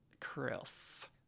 Chris